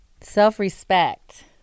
Self-respect